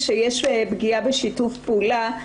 שיש פגיעה בשיתוף הפעולה.